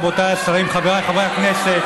חבר הכנסת